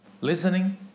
listening